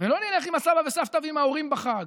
ולא נלך עם הסבא והסבתא ועם ההורים בחג.